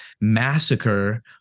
massacre